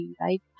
right